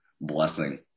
blessing